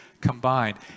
combined